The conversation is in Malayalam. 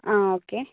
ആ ഓക്കേ